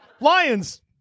Lions